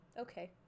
Okay